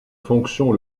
fonction